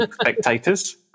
spectators